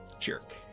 Jerk